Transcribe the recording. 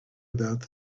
about